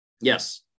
Yes